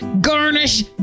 Garnish